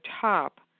top